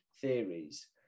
theories